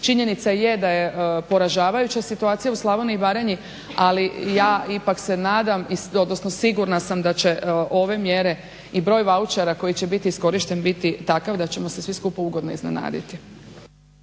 Činjenica je da je poražavajuća situacija u Slavoniji i Baranji, ali ja ipak se nadam odnosno sigurna sam da će ove mjere i broj vauchera koji će biti iskorišten biti takav da ćemo se svi skupa ugodno iznenaditi.